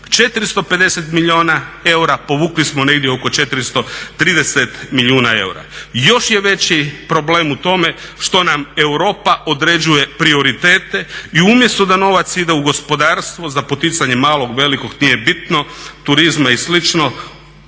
450 milijuna eura, povukli smo negdje oko 430 milijuna eura. Još je veći problem u tome što nam Europa određuje prioritete i umjesto da novac ide u gospodarstvo za poticanje malog, velikog nije bitno, turizma i